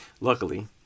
Luckily